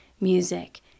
music